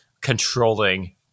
controlling